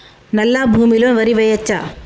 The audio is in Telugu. నల్లా భూమి లో వరి వేయచ్చా?